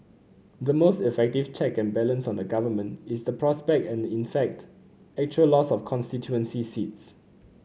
the most effective check and balance on the Government is the prospect and in fact actual loss of constituency seats